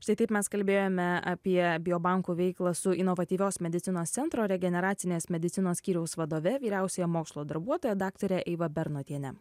štai taip mes kalbėjome apie bio banko veiklą su inovatyvios medicinos centro regeneracinės medicinos skyriaus vadove vyriausiąja mokslo darbuotoja daktare eiva bernotiene